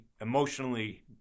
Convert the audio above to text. emotionally